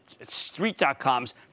street.com's